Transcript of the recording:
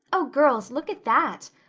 oh, girls, look at that!